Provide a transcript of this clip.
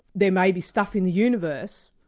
there may be stuff in the universe,